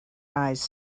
eyes